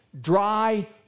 dry